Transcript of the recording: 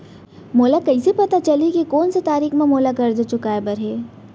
मोला कइसे पता चलही के कोन से तारीक म मोला करजा चुकोय बर हे?